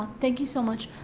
thank you so much.